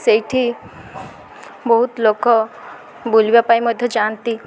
ସେଇଠି ବହୁତ ଲୋକ ବୁଲିବା ପାଇଁ ମଧ୍ୟ ଯାଆନ୍ତି